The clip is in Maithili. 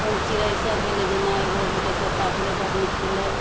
कोन चिड़ै सब भेलै जेना एगो भेलै तोता भेलै बड्ड नीक भेलै